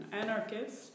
anarchist